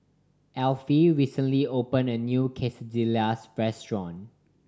Alfie recently opened a new Quesadillas restaurant